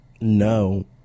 No